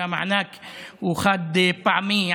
והמענק הוא חד-פעמי,